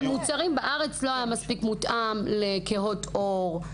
מוצרים בארץ לא היו מספיק מותאמים לכהות עור.